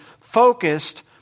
focused